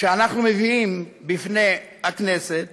שאנחנו מביאים בפני הכנסת